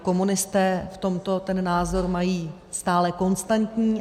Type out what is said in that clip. Komunisté v tomto ten názor mají stále konstantní.